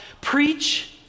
preach